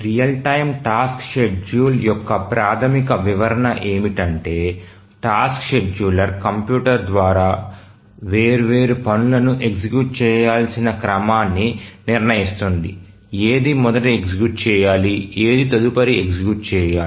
real time task schedule యొక్క ప్రాధమిక వివరణ ఏమిటంటే టాస్క్ షెడ్యూలర్ కంప్యూటర్ ద్వారా వేర్వేరు పనులను ఎగ్జిక్యూట్ చేయాల్సిన క్రమాన్ని నిర్ణయిస్తుంది ఏది మొదట ఎగ్జిక్యూట్ చేయాలి ఏది తదుపరి ఎగ్జిక్యూట్ చేయాలి